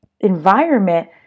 environment